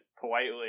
politely